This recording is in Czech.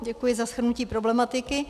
Děkuji za shrnutí problematiky.